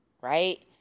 right